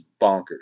bonkers